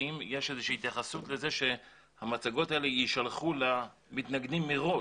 האם יש איזושהי התייחסות לזה שהמצגות האלה יישלחו למתנגדים מראש?